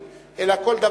על מנת להעיר,